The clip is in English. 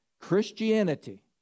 Christianity